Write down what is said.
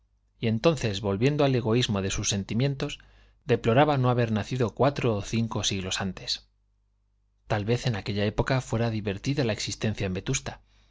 y entonces volviendo al egoísmo de sus sentimientos deploraba no haber nacido cuatro o cinco siglos antes tal vez en aquella época fuera divertida la existencia en vetusta